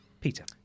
Peter